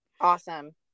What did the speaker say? Awesome